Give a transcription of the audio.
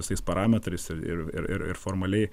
visais parametrais ir ir ir ir formaliai